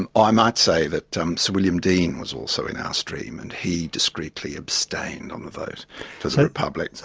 and ah i might say that um sir william dean was also in our stream, and he discreetly abstained on the vote for the republic.